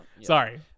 Sorry